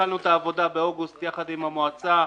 התחלנו את העבודה באוגוסט יחד עם המועצה,